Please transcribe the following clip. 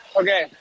Okay